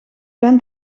ben